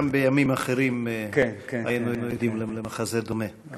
גם בימים אחרים היינו עדים למחזה דומה.